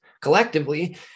collectively